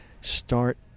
start